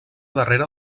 darrere